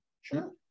Sure